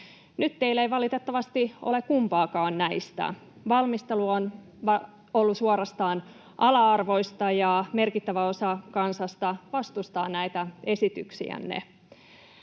Nyt teillä ei valitettavasti ole kumpaakaan näistä. Valmistelu on ollut suorastaan ala-arvoista, ja merkittävä osa kansasta vastustaa näitä esityksiänne.